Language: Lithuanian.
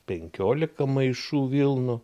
penkiolika maišų vilnų